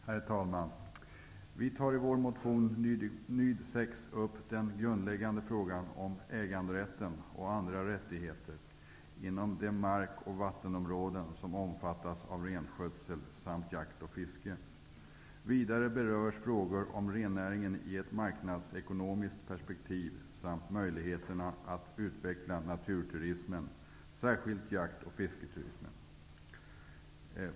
Herr talman! Vi i Ny demokrati tar i motion Bo8 upp den grundläggande frågan om äganderätten och andra rättigheter inom de mark och vattenområden där det bedrivs renskötsel samt jakt och fiske. Vidare berörs frågor om rennäringen i ett marknadsekonomiskt perspektiv samt möjligheterna att utveckla naturturismen -- särskilt jakt och fisketurismen.